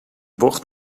bocht